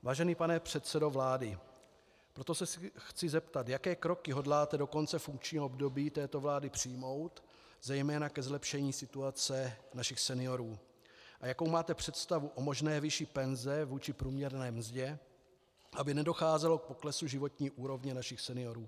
Vážený pane předsedo vlády, proto se chci zeptat, jaké kroky hodláte do konce funkčního období této vlády přijmout zejména ke zlepšení situace našich seniorů a jakou máte představu o možné výši penze vůči průměrné mzdě, aby nedocházelo k poklesu životní úrovně našich seniorů.